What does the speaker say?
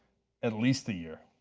at least a year.